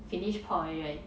finish 泡 already right